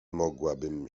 mogłabym